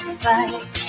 fight